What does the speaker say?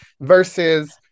versus